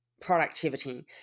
productivity